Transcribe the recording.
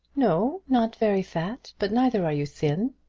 no not very fat but neither are you thin.